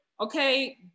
okay